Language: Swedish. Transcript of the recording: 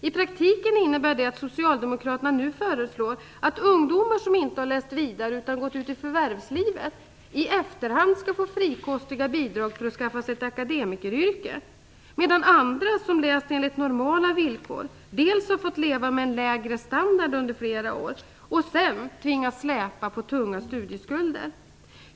I praktiken innebär det att Socialdemokraterna nu föreslår att ungdomar som inte läst vidare utan gått ut i förvärvslivet i efterhand skall få frikostiga bidrag för att skaffa sig ett akademikeryrke, medan andra som har läst enligt normala villkor fått leva med en lägre standard under flera år för att sedan tvingas släpa på dryga studieskulder.